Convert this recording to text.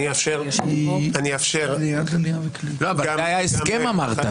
אני אאפשר --- אבל זה היה ההסכם אמרת,